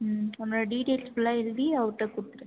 ம் உன்னோட டீடெயில்ஸ் ஃபுல்லாக எழுதி அவர்கிட்ட கொடுத்துரு